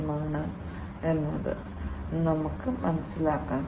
നിയന്ത്രണ തീരുമാനങ്ങൾക്ക് ശേഷം ഈ പ്രവർത്തനം നടത്താവുന്നതാണ്